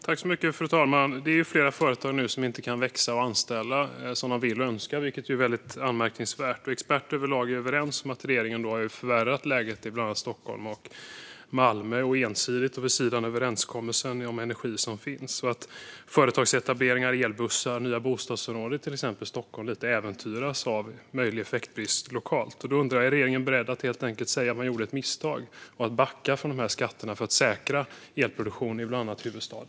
Fru talman! Det är flera företag som inte kan växa och anställa som de vill och önskar, vilket är anmärkningsvärt. Experter är överlag överens om att regeringen har förvärrat läget i bland annat Stockholm och Malmö vid sidan av den överenskommelse om energi som finns. Företagsetableringar, elbussar och nya bostadsområden i till exempel Stockholm äventyras av möjlig effektbrist lokalt. Är regeringen beredd att säga att man har gjort ett misstag och backa från dessa skatter för att säkra elproduktion i bland annat huvudstaden?